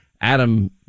Adam